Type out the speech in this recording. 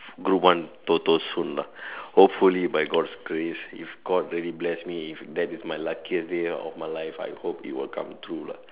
good one TOTO soon lah hopefully by god's create if god very bless me if that is the luckiest day of my life I hope it will come true lah